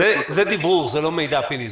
זה דברור, זה לא מידע ,פיני.